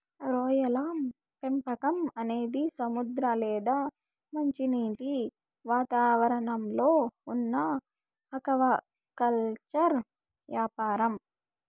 రొయ్యల పెంపకం అనేది సముద్ర లేదా మంచినీటి వాతావరణంలో ఉన్న ఆక్వాకల్చర్ యాపారం